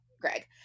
Greg